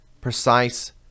precise